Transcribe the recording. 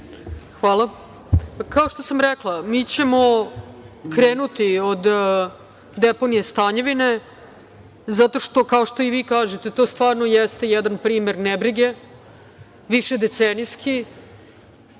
Kao što sam rekla, mi ćemo krenuti od deponije Stanjevine zato što, kao što i vi kažete, to stvarno jeste jedan primer nebrige višedecenijski